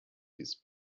his